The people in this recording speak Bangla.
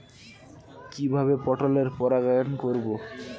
কিভাবে পটলের পরাগায়ন করব?